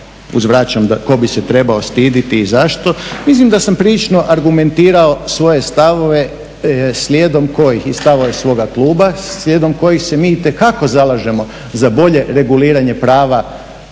uzvraćam tko bi se trebao stidjeti i zašto. Mislim da sam prilično argumentirao svoje stavove slijedom kojih, i stavove svoga kluba, slijedom kojih se mi itekako zalažemo za bolje reguliranje prava